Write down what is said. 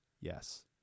Yes